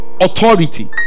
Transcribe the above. authority